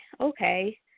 okay